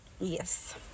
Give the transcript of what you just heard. Yes